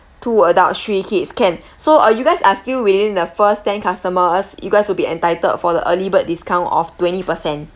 two adults three kids can so uh you guys are still within the first ten customers you guys will be entitled for the early bird discount of twenty percent